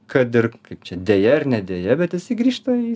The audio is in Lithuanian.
kad ir kaip čia deja ar ne deja bet jisai grįžta į